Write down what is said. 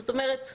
זאת אומרת,